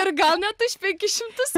ir gal net penkis šimtus